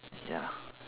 ya